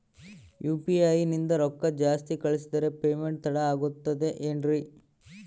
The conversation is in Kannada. ಯು.ಪಿ.ಐ ನಿಂದ ರೊಕ್ಕ ಜಾಸ್ತಿ ಕಳಿಸಿದರೆ ಪೇಮೆಂಟ್ ತಡ ಆಗುತ್ತದೆ ಎನ್ರಿ?